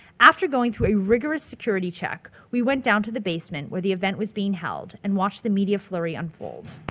after going through a rigorous security check, we went down to the basement where the event was being held and watched the media flurry unfold.